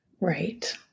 Right